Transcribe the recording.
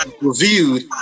reviewed